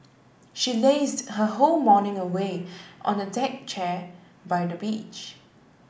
she lazed her whole morning away on a deck chair by the beach